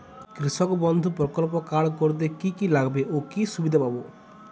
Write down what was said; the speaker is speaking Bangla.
কৃষক বন্ধু প্রকল্প কার্ড করতে কি কি লাগবে ও কি সুবিধা পাব?